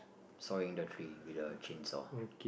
sawing the tree with a chainsaw